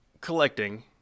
collecting